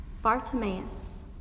Bartimaeus